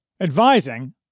advising